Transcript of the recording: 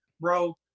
bro